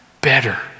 better